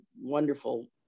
wonderful